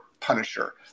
Punisher